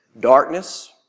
darkness